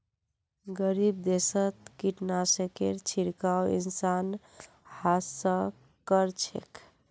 गरीब देशत कीटनाशकेर छिड़काव इंसान हाथ स कर छेक